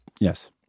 Yes